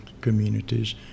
communities